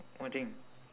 what thing